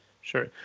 sure